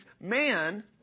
man